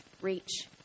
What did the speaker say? reach